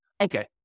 Okay